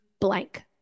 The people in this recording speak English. blank